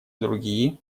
другие